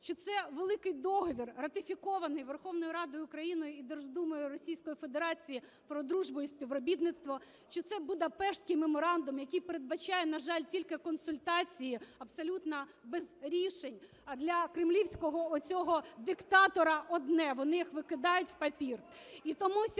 чи це великий договір, ратифікований Верховною Радою України і Держдумою Російської Федерації, про дружбу і співробітництво, чи це Будапештський меморандум, який передбачає, на жаль, тільки консультації абсолютно без рішень для кремлівського оцього диктора одне: вони їх викидають в папір.